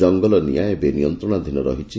ଜଙ୍ଗଲ ନିଆଁ ଏବେ ନିୟନ୍ତ୍ରଶାଧୀନ ରହିଛି